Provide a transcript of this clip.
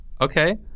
Okay